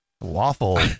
Waffle